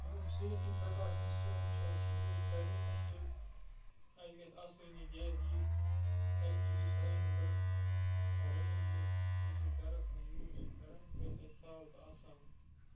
یِم یِم safety precautions چھِ یِم چھِ اَسہِ یوٗز کَرٕنۍ اَسہِ چھِ اَسہِ گژھِ آسٲنی گیس یہِ ایل پی جی سَلینڈَر رَنہٕ وِز یُس أسۍ گَرَس منٛز یوٗز چھِ کَران یہِ گژھِ اَسہِ سہل تہٕ آسان